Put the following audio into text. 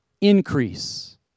increase